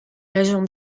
région